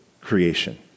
creation